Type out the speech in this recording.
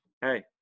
Hey